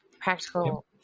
practical